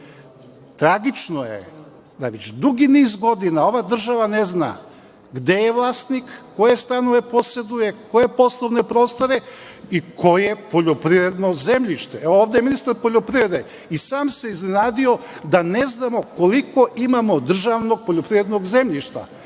Tragično je, dugi niz godina ova država ne zna gde je vlasnik, koje stanove poseduje, koje poslovne prostore i koje poljoprivredno zemljište. Ovde je ministar poljoprivrede, i sam se iznenadio, da ne znamo koliko imamo državnog poljoprivrednog zemljišta.